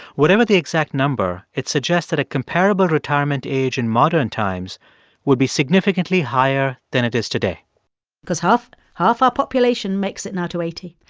whatever the exact number, it suggests that a comparable retirement age in modern times would be significantly higher than it is today because half half our population makes it now to eighty.